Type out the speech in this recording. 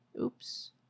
oops